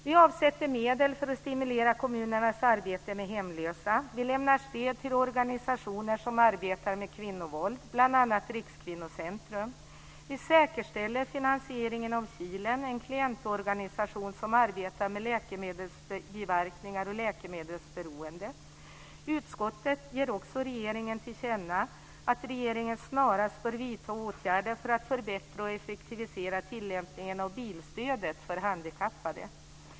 Vi avsätter medel för att stimulera kommunernas arbete med hemlösa. Vi lämnar stöd till organisationer som arbetar med kvinnovåld, bl.a. Rikskvinnocentrum. Vi säkerställer finansieringen av Kilen, en klientorganisation som arbetar med läkemedelsbiverkningar och läkemedelsberoende. Utskottet ger också regeringen till känna att regeringen snarast bör vidta åtgärder för att förbättra och effektivisera tillämpningen av bilstödet för handikappade.